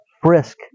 Frisk